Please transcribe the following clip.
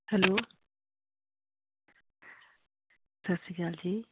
hello Sat Sri Akal ਜੀ